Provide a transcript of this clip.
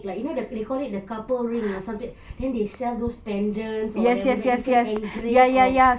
like you know they call it the couple ring or something then they sell those pendants or whatever that you can engrave or